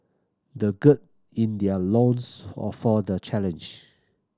they gird in their loins or for the challenge